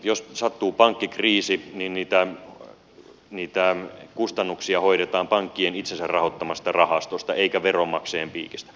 jos sattuu pankkikriisi niin niitä kustannuksia hoidetaan pankkien itsensä rahoittamasta rahastosta eikä veronmaksajien piikistä